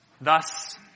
Thus